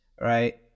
right